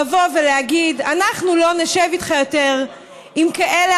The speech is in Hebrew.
לבוא ולהגיד: אנחנו לא נשב איתך יותר עם כאלה